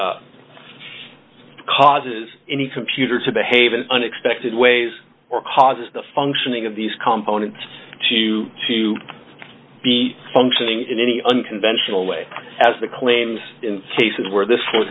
causes any computer to behave in unexpected ways or causes the functioning of these compounds to to be functioning in any unconventional way as the claims in cases where this